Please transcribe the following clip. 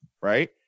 right